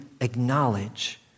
acknowledge